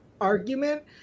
argument